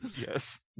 Yes